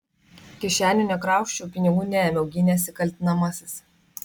kišenių nekrausčiau pinigų neėmiau gynėsi kaltinamasis